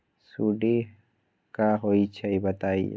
सुडी क होई छई बताई?